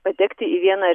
patekti į vieną